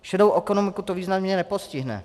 Šedou ekonomiku to významně nepostihne.